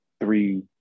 three